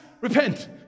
repent